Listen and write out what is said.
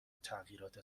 تغییرات